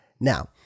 Now